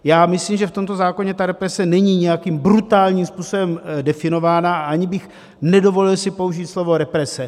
Já myslím, že v tomto zákoně represe není nějakým brutálním způsobem definována, a ani bych si nedovolil použít slovo represe.